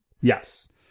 Yes